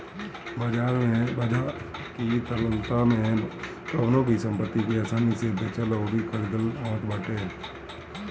बाजार की तरलता में कवनो भी संपत्ति के आसानी से बेचल अउरी खरीदल आवत बाटे